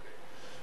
אוקיי.